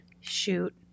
Shoot